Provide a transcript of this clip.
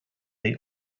they